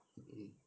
mm